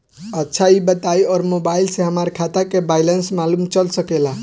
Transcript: अच्छा ई बताईं और मोबाइल से हमार खाता के बइलेंस मालूम चल सकेला?